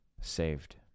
saved